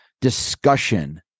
discussion